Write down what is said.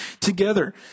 together